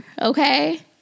okay